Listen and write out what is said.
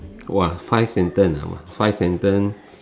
!wah! five sentence ah five sentence